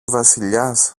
βασιλιάς